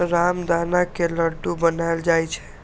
रामदाना के लड्डू बनाएल जाइ छै